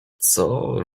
coo